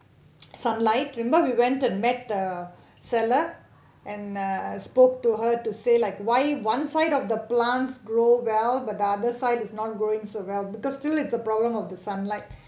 remember we went to met the seller and uh uh spoke to her to say like why one side of the plants grow well but the other side is not growing so well because still it's a problem of the sunlight